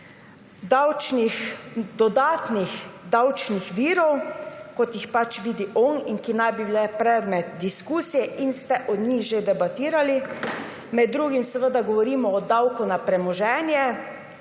dodatnih davčnih virov, kot jih pač vidi on in ki naj bi bili predmet diskusije in ste o njih že debatirali. Med drugim govorimo o davku na premoženje.